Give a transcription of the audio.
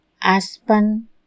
Aspen